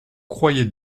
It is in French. croyez